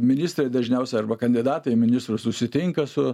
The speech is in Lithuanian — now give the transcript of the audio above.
ministrai dažniausia arba kandidatai į ministrus susitinka su